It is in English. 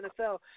NFL